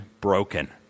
broken